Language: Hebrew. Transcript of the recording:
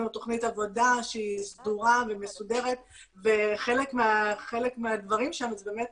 תוכנית עבודה שהיא סדורה והיא מסודרת וחלק מהדברים שם זה באמת